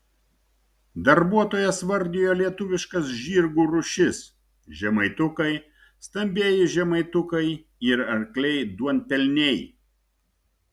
darbuotojas vardijo lietuviškas žirgų rūšis žemaitukai stambieji žemaitukai ir arkliai duonpelniai